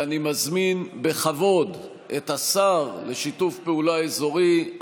אני מזמין בכבוד את השר לשיתוף פעולה אזורי,